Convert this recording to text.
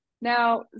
Now